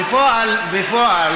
בפועל